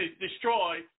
destroy